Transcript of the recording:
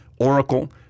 Oracle